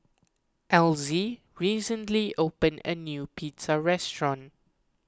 Elzie recently opened a new pizza restaurant